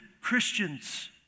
Christians